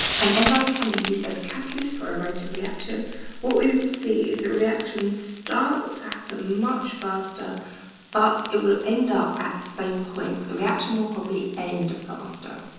an enzyme can be used as catalyst for a rate of reaction. what we will see is the reaction will start it's happen much faster but it will end up at the same point the reaction will probably end faster.